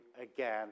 again